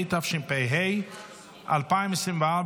התשפ"ה 2024,